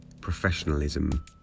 professionalism